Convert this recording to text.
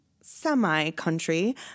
semi-country